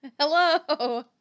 Hello